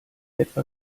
etwa